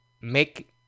make